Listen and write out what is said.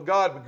God